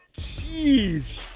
Jeez